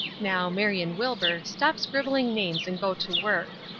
now, marion wilbur, stop scribbling names and go to work.